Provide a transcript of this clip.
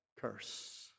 curse